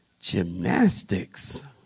gymnastics